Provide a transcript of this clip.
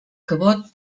cabot